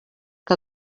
que